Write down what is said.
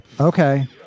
Okay